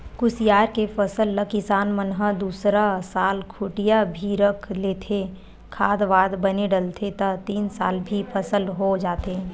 कुसियार के फसल ल किसान मन ह दूसरा साल खूटिया भी रख लेथे, खाद वाद बने डलथे त तीन साल भी फसल हो जाथे